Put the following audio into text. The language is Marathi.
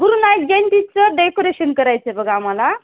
गुरू नानक जयंतीचं डेकोरेशन करायचं बघा आम्हाला